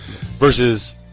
Versus